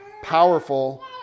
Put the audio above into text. powerful